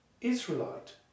Israelite